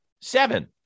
seven